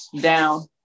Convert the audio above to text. down